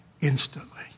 instantly